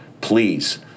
please